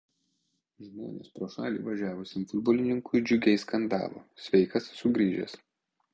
žmonės pro šalį važiavusiam futbolininkui džiugiai skandavo sveikas sugrįžęs